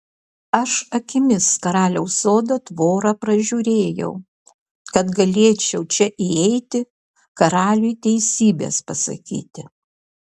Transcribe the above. aš akimis karaliaus sodo tvorą pražiūrėjau kad galėčiau čia įeiti karaliui teisybės pasakyti